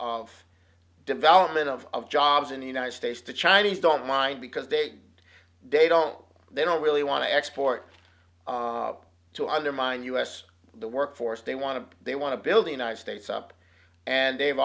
of development of jobs in the united states the chinese don't mind because they they don't they don't really want to export to undermine us the workforce they want to they want to build the united states up and they've